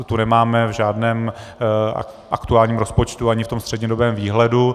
Tu nemáme v žádném aktuálním rozpočtu ani v tom střednědobém výhledu.